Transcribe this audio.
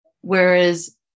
whereas